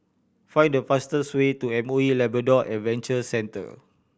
find the fastest way to M O E Labrador Adventure Centre